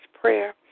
prayer